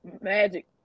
magic